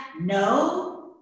no